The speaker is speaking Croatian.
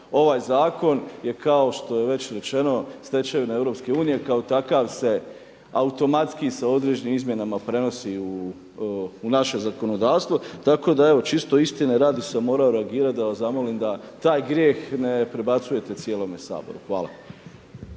Ovaj zakon je kao što je već rečeno stečevina EU i kao takav se, automatski se određenim izmjenama prenosi u naše zakonodavstvo. Tako da evo čisto istine radi sam morao reagirati da vas zamolim da taj grijeh ne prebacujete cijelome Saboru. Hvala.